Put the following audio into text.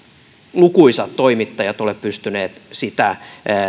lukuisat toimittajat ole pystyneet sitä